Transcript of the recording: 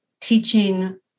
teaching